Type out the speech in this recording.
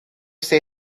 say